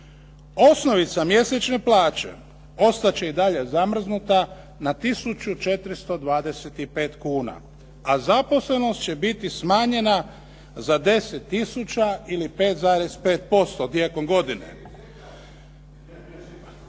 Osnovica mjesečne plaće ostat će i dalje zamrznuta na tisuću 425 kuna, a zaposlenost će biti smanjena za 10 tisuća ili 5,5% tijekom godine. Dva nova